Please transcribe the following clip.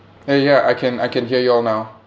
eh ya I can I can hear you all now